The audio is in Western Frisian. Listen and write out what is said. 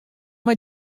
mei